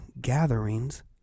gatherings